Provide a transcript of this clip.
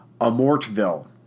Amortville